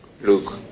look